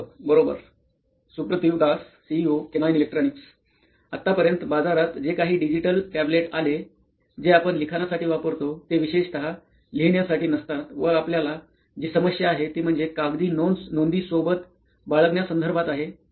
प्राध्यापक बरोबर Suprativ Das C T O केनोईन इलेक्ट्रॉनीक्स आतापर्यंत बाजारात जे काही डिजिटल टॅब्लेट आले जे आपण लिखाणासाठी वापरतो ते विशेषत लिहिण्यासाठी नसतात व आपल्याला जी समस्या आहे ती म्हणजे कागदी नोंदी सोबत बाळगण्यासंदर्भात आहे